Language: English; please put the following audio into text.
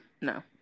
no